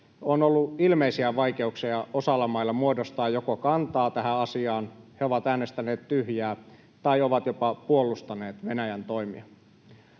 on ollut ilmeisiä vaikeuksia muodostaa kantaa tähän asiaan: he ovat äänestäneet tyhjää tai ovat jopa puolustaneet Venäjän toimia.